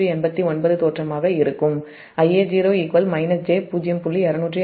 189 தோற்றமாக இருக்கும்Ia0 j0